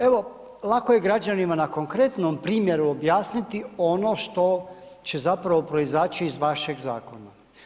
Evo, lako je građanima na konkretnom primjeru objasniti ono što će zapravo proizaći iz vašeg zakona.